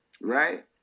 right